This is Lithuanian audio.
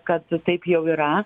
kad taip jau yra